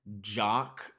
jock